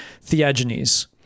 Theagenes